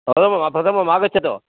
प्रथमं ह प्रथमम् आगच्छतु